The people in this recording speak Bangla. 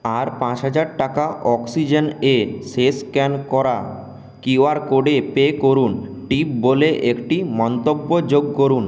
আর পাঁচ হাজার টাকা অক্সিজেন এ শেষ স্ক্যান করা কিউআর কোডে পে করুন টিপ বলে একটি মন্তব্য যোগ করুন